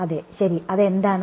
അതെ ശരി അത് എന്താണ്